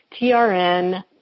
TRN